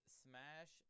smash